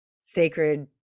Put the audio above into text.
sacred